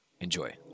Enjoy